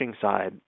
side